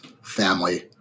family